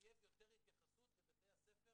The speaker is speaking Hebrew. מחייבים יותר התייחסות, ובתי הספר